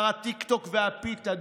שר הטיקטוק והפיתה,